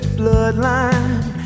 bloodline